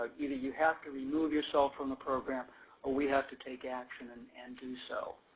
either you have to remove yourself from the program or we have to take action and and do so.